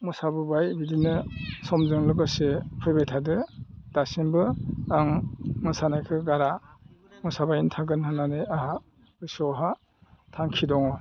मोसाबोबाय बिदिनो समजों लोगोसे फैबाय थादों दासिमबो आं मोसानायखौ गारा मोसाबायानो थागोन होननानै आंहा गोसोआवहाय थांखि दङ